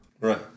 Right